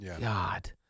God